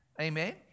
Amen